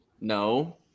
No